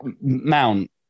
Mount